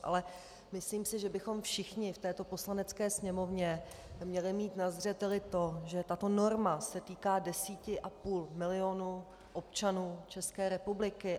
Ale myslím si, že bychom všichni v této Poslanecké sněmovně měli mít na zřeteli to, že tato norma se týká 10,5 milionu občanů České republiky.